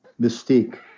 mystique